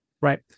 Right